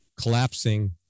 collapsing